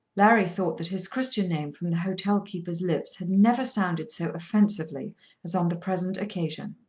larry thought that his christian name from the hotel keeper's lips had never sounded so offensively as on the present occasion.